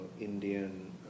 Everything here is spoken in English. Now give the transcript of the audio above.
Indian